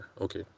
okay